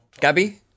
Gabby